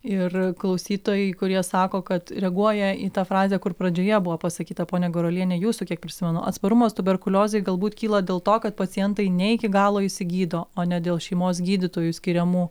ir klausytojai kurie sako kad reaguoja į tą frazę kur pradžioje buvo pasakyta pone garuoliene jūsų kiek prisimenu atsparumas tuberkuliozei galbūt kyla dėl to kad pacientai ne iki galo išsigydo o ne dėl šeimos gydytojų skiriamų